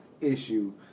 issue